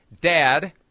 Dad